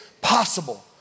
possible